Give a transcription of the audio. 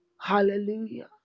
Hallelujah